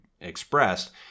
expressed